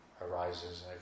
Arises